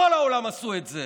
בכל העולם עשו את זה.